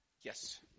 Yes